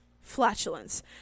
flatulence